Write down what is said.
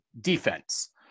defense